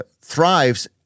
thrives